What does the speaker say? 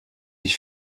ich